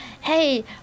hey